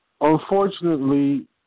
Unfortunately